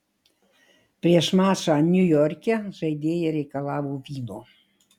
prieš mačą niujorke žaidėja reikalavo vyno